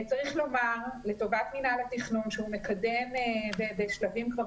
צריך לומר לטובת מינהל התכנון שהוא מקדם בשלבים כבר